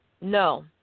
no